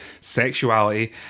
sexuality